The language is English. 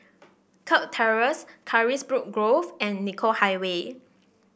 Kirk Terrace Carisbrooke Grove and Nicoll Highway